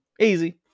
Easy